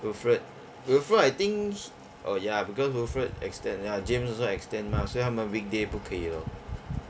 wilfred wilfred I think he oh ya because wilfred extend ya james also extend mah 所以他们 weekday 不可以 lor